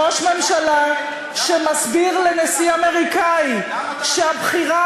שראש ממשלה שמסביר לנשיא אמריקני שהבחירה